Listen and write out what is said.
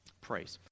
praise